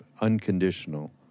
unconditional